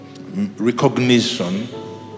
recognition